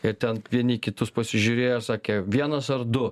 ir ten vieni kitus pasižiūrėjo sakė vienas ar du